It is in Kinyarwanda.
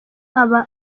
aba